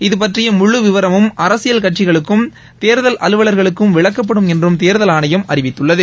இதபற்றிய முழு விவரமும் அரசியல் கட்சிகளுக்கும் தேர்தல் அலுவலர்களுக்கும் விளக்கப்படும் என்றும் தேர்தல் ஆணையம் அறிவித்துள்ளது